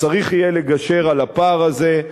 אז צריך יהיה לגשר על הפער הזה.